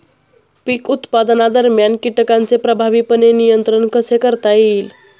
पीक उत्पादनादरम्यान कीटकांचे प्रभावीपणे नियंत्रण कसे करता येईल?